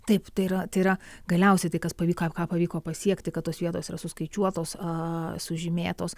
taip tai yra tai yra galiausiai tai kas pavyko ką pavyko pasiekti kad tos vietos yra suskaičiuotos sužymėtos